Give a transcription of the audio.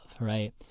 right